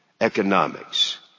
economics